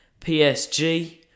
PSG